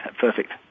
perfect